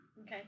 Okay